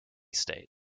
state